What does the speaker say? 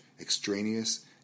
extraneous